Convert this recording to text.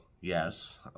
yes